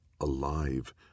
alive